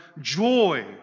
joy